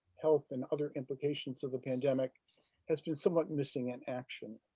health, and other implications of a pandemic has been somewhat missing in action.